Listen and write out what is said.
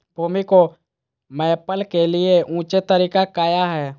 भूमि को मैपल के लिए ऊंचे तरीका काया है?